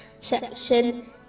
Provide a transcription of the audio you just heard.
section